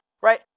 right